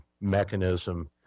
mechanism